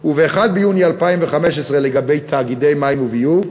ו-1 ביוני 2015 לגבי תאגידי מים וביוב,